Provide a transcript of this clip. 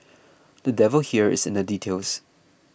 the devil here is in the details